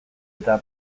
eta